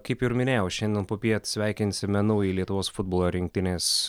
kaip ir minėjau šiandien popiet sveikinsime naująjį lietuvos futbolo rinktinės